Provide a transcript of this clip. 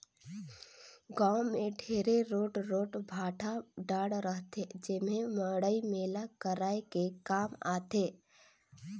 गाँव मे ढेरे रोट रोट भाठा डाँड़ रहथे जेम्हे मड़ई मेला कराये के काम आथे